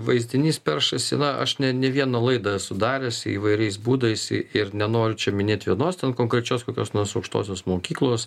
vaizdinys peršasi na aš ne ne vieną laidą esu daręs įvairiais būdais ir nenoriu čia minėt vienos konkrečios kokios nors aukštosios mokyklos